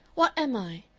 what am i?